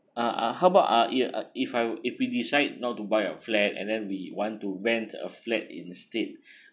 uh uh how about uh it if I if we decide not to buy a flat and then we want to rent a flat instead